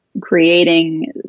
creating